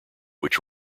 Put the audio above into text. which